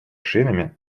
шинами